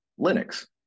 Linux